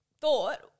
thought